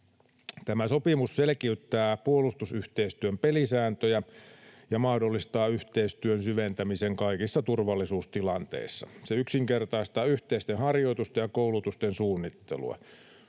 Tämä sopimus selkiyttää puolustusyhteistyön pelisääntöjä ja mahdollistaa yhteistyön syventämisen kaikissa turvallisuustilanteissa. Se yksinkertaistaa yhteisten harjoitusten ja koulutusten suunnittelua.